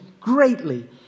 greatly